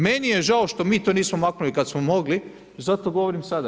Meni je žao što mi to nismo maknuli kad smo mogli, zato govorim sada.